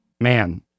Man